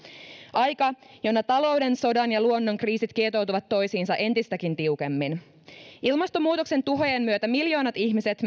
aika jona talouden sodan ja luonnon kriisit kietoutuvat toisiinsa entistäkin tiukemmin ilmastonmuutoksen tuhojen myötä miljoonat ihmiset